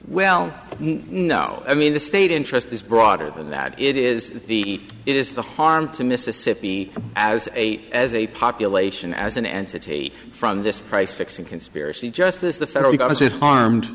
well no i mean the state interest is broader than that it is the it is the harm to mississippi as a as a population as an entity from this price fixing conspiracy justice the federal